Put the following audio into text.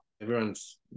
Everyone's